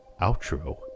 Outro